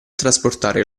trasportare